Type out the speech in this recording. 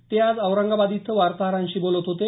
ते आज औरंगाबाद इथं वार्ताहरांशी बोलत होते